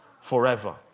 forever